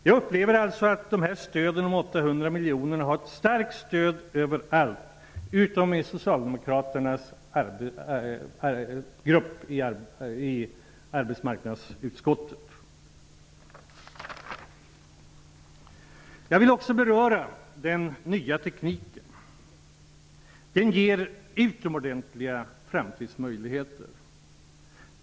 Jag upplever alltså att förslaget om ett stöd på 800 miljoner har ett starkt stöd överallt utom i socialdemokraternas grupp i arbetsmarknadsutskottet. Jag vill också beröra den nya tekniken. Den ger utomordentliga framtidsmöjligheter.